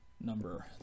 number